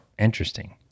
Interesting